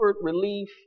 relief